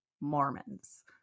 Mormons